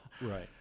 Right